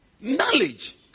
knowledge